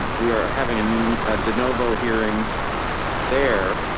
we are having and a denovo hearing there.